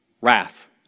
wrath